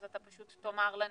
אז אתה פשוט תאמר לנו